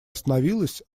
остановилась